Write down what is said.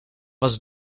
was